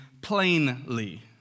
plainly